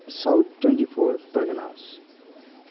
south twenty four Parganas